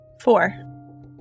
Four